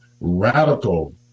radical